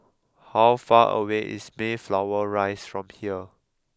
how far away is Mayflower Rise from here